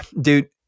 dude